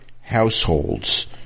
households